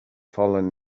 fallen